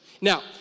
Now